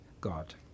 God